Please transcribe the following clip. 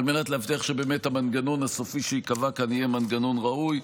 על מנת להבטיח שבאמת המנגנון הסופי שייקבע כאן יהיה מנגנון ראוי.